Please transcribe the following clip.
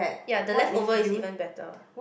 ya the leftover is even better